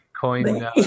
coin